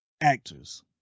actors